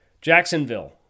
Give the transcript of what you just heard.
Jacksonville